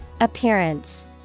Appearance